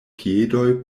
piedoj